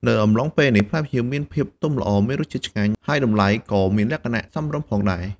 នៅអំឡុងពេលនេះ ផ្លែផ្ញៀវមានភាពទុំល្អ មានរសជាតិឆ្ងាញ់ ហើយតម្លៃក៏មានលក្ខណៈសមរម្យផងដែរ។